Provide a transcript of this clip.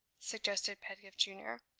suggested pedgift junior.